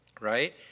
Right